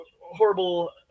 horrible